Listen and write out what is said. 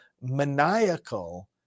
maniacal